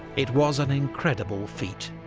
it was an incredible feat,